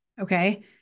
Okay